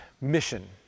mission